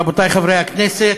אדוני היושב-ראש, רבותי חברי הכנסת,